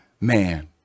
man